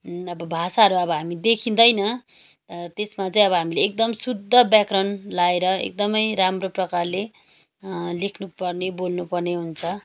अब भाषाहरू अब हामी देखिँदैन तर त्यसमा चाहिँ अब हामीले एकदम शुद्ध व्याकरण लाएर एकदमै राम्रो प्रकारले लेख्नु पर्ने बोल्नु पर्ने हुन्छ